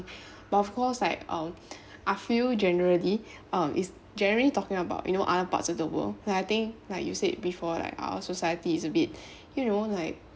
but of course like um I feel generally um is generally talking about you know other parts of the world like I think like you said before like our society is a bit you know like